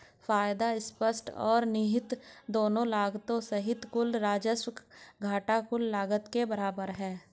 फायदा स्पष्ट और निहित दोनों लागतों सहित कुल राजस्व घटा कुल लागत के बराबर है